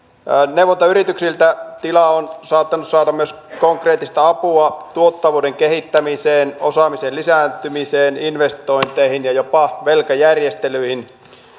neuvontayrityksiltä tila on saattanut saada myös konkreettista apua tuottavuuden kehittämiseen osaamisen lisääntymiseen investointeihin ja jopa velkajärjestelyihin